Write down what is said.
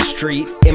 Street